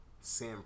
Sam